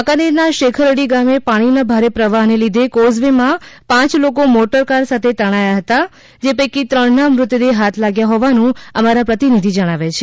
વાંકાનેર ના શેખરડી ગામે પાણી ના ભારે પ્રવાહ ને લીધે કોઝ વે માં પાંચ લોકો સાથે મોટર કાર તણાઈ હતી જે પૈકી ત્રણ ના મૃતદેહ હાથ લાગ્યા હોવાનું અમારા પ્રતિનિધિ જણાવે છે